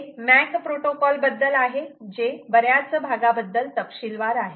हे MAC protocol बद्दल आहे जे बऱ्याच भागाबद्दल तपशीलवार आहे